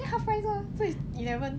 then half price lor 所以 eleven